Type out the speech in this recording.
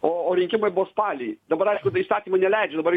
o o rinkimai buvo spalį dabar aiškutai įstatymai neleidžia dabar